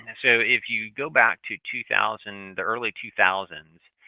and so, if you go back to two thousand, the early two thousand